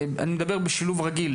אני מדבר בשילוב רגיל,